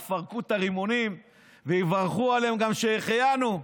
יפרקו את הרימונים ויברכו עליהם גם שהחיינו.